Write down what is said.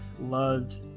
loved